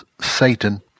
Satan